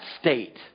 state